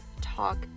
talk